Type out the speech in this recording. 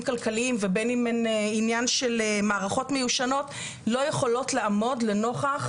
כלכליים ובין אם הן ענין של מערכות מיושנות לא יכולות לעמוד לנוכח